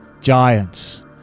giants